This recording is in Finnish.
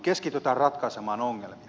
keskitymme ratkaisemaan ongelmia